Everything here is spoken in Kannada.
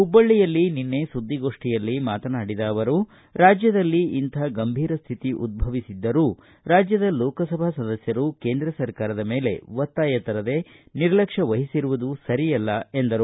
ಹುಬ್ಬಳ್ಳಿಯಲ್ಲಿ ನಿನ್ನೆ ಸುದ್ದಿಗೋಷ್ಠಿಯಲ್ಲಿ ಮಾತನಾಡಿದ ಅವರು ರಾಜ್ಯದಲ್ಲಿ ಇಂಥ ಗಂಭೀರ ಶ್ಶಿತಿ ಉದ್ಧವಿಸಿದ್ದರೂ ರಾಜ್ಯದ ಲೋಕಸಭಾ ಸದಸ್ಯರು ಕೇಂದ್ರ ಸರ್ಕಾರದ ಮೇಲೆ ಒತ್ತಾಯ ತರದೇ ನಿರ್ಲಕ್ಷವಹಿಸಿರುವುದು ಸರಿಯಲ್ಲ ಎಂದರು